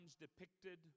depicted